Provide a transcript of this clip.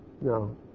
No